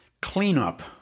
cleanup